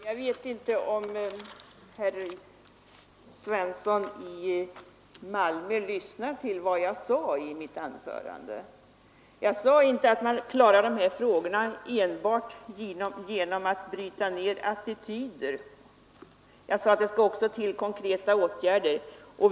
Herr talman! Jag vet inte om herr Svensson i Malmö lyssnade till vad jag sade i mitt anförande. Jag sade inte att man kan lösa dessa frågor enbart genom att bryta ned attityder. Jag sade att det också skall till konkreta åtgärder.